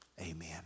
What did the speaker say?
amen